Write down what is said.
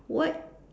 what